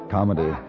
Comedy